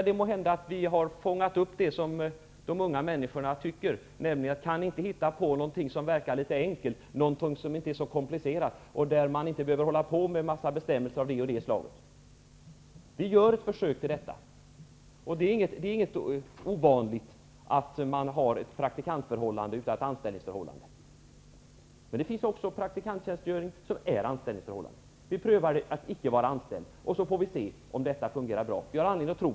Det kanske är så att vi har lyckats fånga upp det som unga människor tycker, nämligen att hitta på något som inte är så komplicerat och som innebär att man inte behöver syssla med bestämmelser av olika slag. Vi gör nu ett försök till detta. Det är inte något ovanligt att ha ett praktikantförhållande utan ett anställningsförhållande. Det finns också praktikanttjänstgöring med anställningsförhållande. Vi vill nu pröva praktikantarbete utan anställningsförhållande, och därefter får vi se om det fungerar bra, vilket vi har anledning att tro.